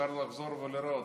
אפשר לחזור ולראות,